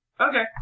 okay